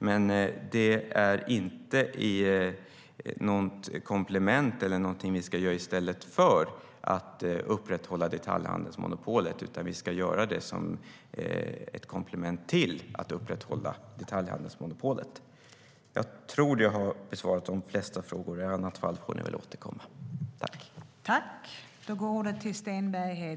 Men det är inte någonting som vi ska göra i stället för att upprätthålla detaljhandelsmonopolet, utan vi ska göra det som ett komplement till att upprätta hålla detaljhandelsmonopolet.